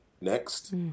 next